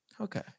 okay